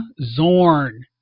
Zorn